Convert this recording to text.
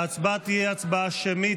ההצבעה תהיה הצבעה שמית.